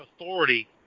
authority